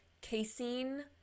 casein